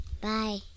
Bye